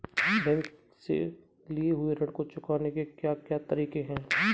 Bank से लिए हुए ऋण को चुकाने के क्या क्या तरीके हैं?